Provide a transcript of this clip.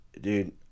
dude